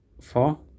four